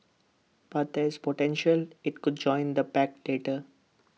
but there's potential IT could join the pact later